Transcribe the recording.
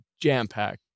jam-packed